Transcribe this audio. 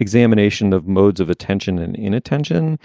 examination of modes of attention and inattention.